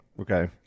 okay